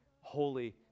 Holy